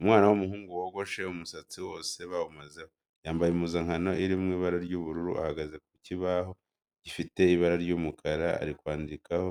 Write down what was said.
Umwana w'umuhungu wogoshe umusatsi wose bawumazeho, yambaye impuzankano iri mu ibara ry'ubururu ahagaze ku kibaho gifite ibara ry'umukara ari kwandikishaho